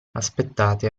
aspettate